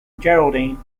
geraldine